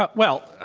but well,